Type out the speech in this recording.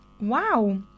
wow